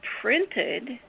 printed